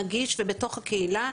נגיש ובתוך הקהילה.